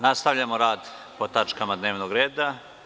nastavljamo rad po tačkama dnevnog reda.